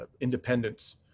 independence